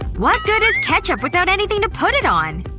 ah what good is ketchup without anything to put it on?